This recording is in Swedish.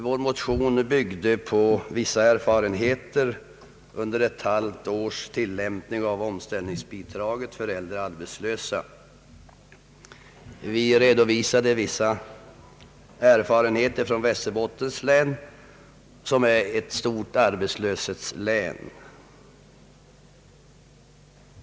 Vår motion byggde på vissa erfarenheter under ett halvt års tillämpning av omställningsbidraget för äldre arbetslösa. Vi redovisade en del erfarenheter från Västerbottens län där stor arbetslöshet råder.